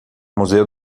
museu